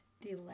delay